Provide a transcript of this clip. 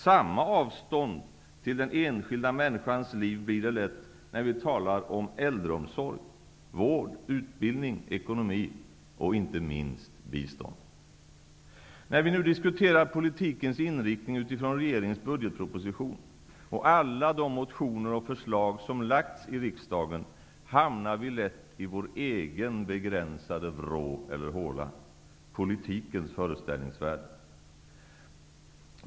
Samma avstånd till den enskilda människans liv blir det lätt, när vi talar om äldreomsorg, vård, utbildning, ekonomi och inte minst bistånd. När vi nu diskuterar politikens inriktning utifrån regeringens budgetproposition och alla de motioner och förslag som har framlagts i riksdagen, hamnar vi lätt i vår egen begränsade vrå eller håla, politikens föreställningsvärld.